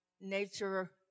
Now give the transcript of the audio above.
nature